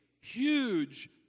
huge